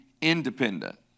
independent